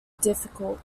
difficult